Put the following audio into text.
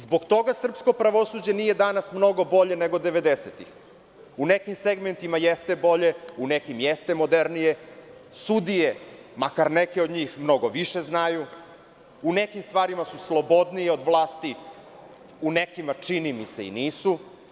Zbog toga srpsko pravosuđe nije danas mnogo bolje nego devedesetih, u nekim jeste, u nekim jeste modernije, sudije, makar neke od njih mnogo više znaju, u nekim stvarima su slobodnije od vlasti, u nekima, čini mi se, i nisu.